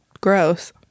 gross